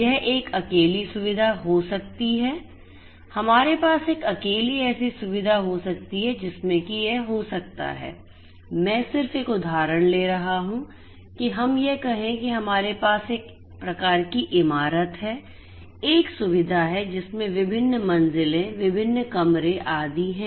यह एक अकेली सुविधा हो सकती है हमारे पास एक अकेली ऐसी सुविधा हो सकती है जिसमे कि हो सकता है मैं सिर्फ एक उदाहरण ले रहा हूँ कि हम यह कहें कि हमारे पास एक प्रकार की इमारत है एक सुविधा है जिसमें विभिन्न मंजिलें विभिन्न कमरे आदि हैं